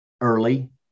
early